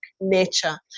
nature